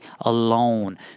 alone